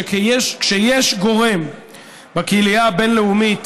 שכשיש גורם בקהילה הבין-לאומית